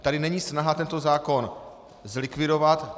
Tady není snaha tento zákon zlikvidovat.